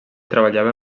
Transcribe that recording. treballava